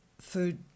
food